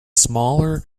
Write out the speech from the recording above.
smaller